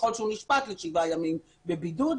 ככל שהוא נשפט לשבעה ימים בבידוד,